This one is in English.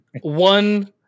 One